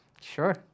Sure